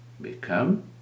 become